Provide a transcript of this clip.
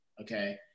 okay